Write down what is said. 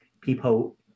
people